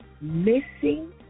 missing